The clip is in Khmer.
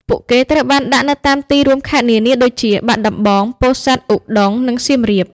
ពួកគេត្រូវបានដាក់នៅតាមទីរួមខេត្តនានាដូចជាបាត់ដំបង ពោធិ៍សាត់ ឧដុង្គ និងសៀមរាប។